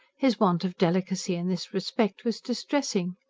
his want of delicacy in this respect was distressing.